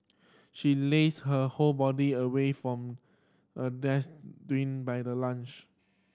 she lazed her whole body away from a by the lunch